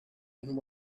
and